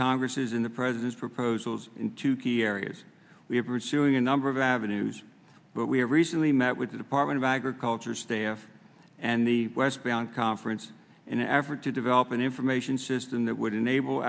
congress's in the president's proposals in two key areas we have resilient number of avenues but we recently met with the department of agriculture staff and the west bank conference in an effort to develop an information system that would enable